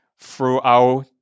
throughout